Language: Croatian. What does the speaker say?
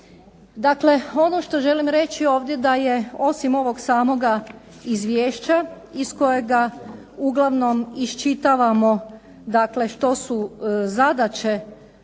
Dakle, ono što želim reći ovdje da je osim ovog samoga izvješća iz kojega uglavnom iščitavamo, dakle što su zadaće